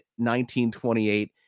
1928